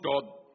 God